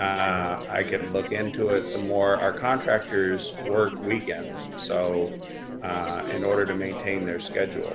i can look into it some more, our contractors work weekends. so in order to maintain their schedule